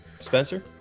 Spencer